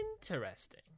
interesting